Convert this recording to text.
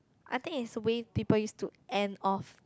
I think it's way people use to end off